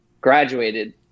graduated